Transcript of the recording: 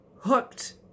hooked